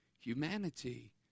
humanity